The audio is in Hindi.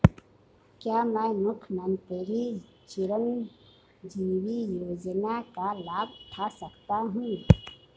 क्या मैं मुख्यमंत्री चिरंजीवी योजना का लाभ उठा सकता हूं?